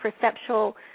perceptual